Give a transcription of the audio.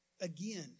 Again